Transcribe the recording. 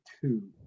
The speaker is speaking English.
two